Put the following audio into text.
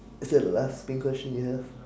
is that the last pink question yes